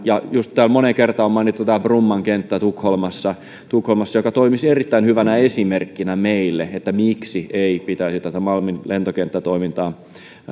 ja juuri tämä moneen kertaan mainittu bromman kenttä tukholmassa tukholmassa joka toimisi erittäin hyvänä esimerkkinä meille miksi ei pitäisi tätä malmin lentokenttätoimintaa